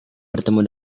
bertemu